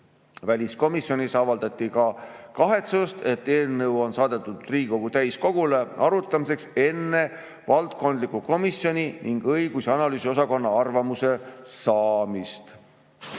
Väliskomisjonis avaldati ka kahetsust, et eelnõu on saadetud Riigikogu täiskogule arutamiseks enne valdkondliku komisjoni ning õigus‑ ja analüüsiosakonna arvamuse saamist.